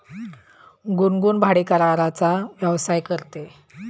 गुनगुन भाडेकराराचा व्यवसाय करते